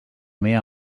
meva